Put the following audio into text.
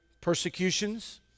persecutions